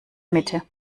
mitte